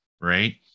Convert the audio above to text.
right